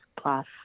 plus